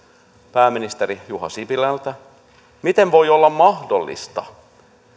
pääministeri juha sipilältä miten voi olla mahdollista